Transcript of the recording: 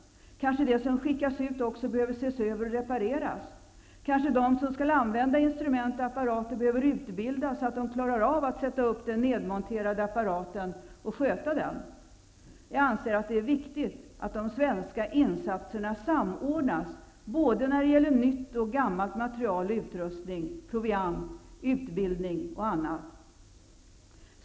Kanske det som skickas ut också behöver ses över och repareras. Kanske de som skall använda instrument och apparater behöver utbildas, så att de klarar av att sätta upp den nedmonterade apparaten och sköta den. Jag anser att det är viktigt att de svenska insatserna samordnas både när det gäller nytt och gammalt material och utrustning, proviant, utbildning och annat.